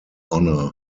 honor